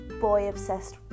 boy-obsessed